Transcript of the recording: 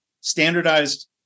standardized